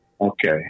Okay